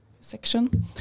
section